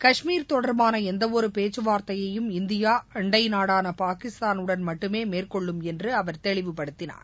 காஷ்மீர் தொடர்பான எந்தவொரு பேச்சு வார்த்தையையும் இந்தியா அண்டை நாடான பாகிஸ்தானுடன் மட்டுமே மேற்கொள்ளும் என்று அவர் தெளிவுப்படுத்தினார்